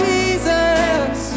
Jesus